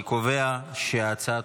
אני קובע שההצעה